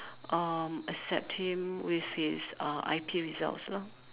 um accept him with his uh I_P results lor